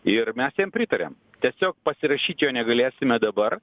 ir mes jam pritariam tiesiog pasirašyt jo negalėsime dabar